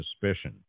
suspicion